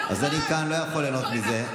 כאן אני לא יכול ליהנות מזה.